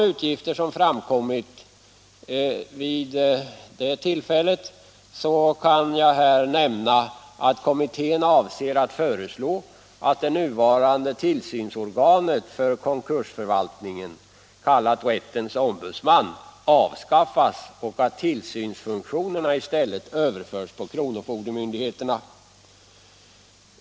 Jag vill här endast nämna att kommittén avser att föreslå att det nuvarande tillsynsorganet för konkursförvaltningen — rättens ombudsman — avskaffas och att tillsynsfunktionerna i stället överförs på kronofogdemyndigheterna.